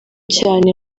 cyane